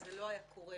זה לא היה קורה.